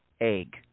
egg